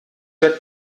der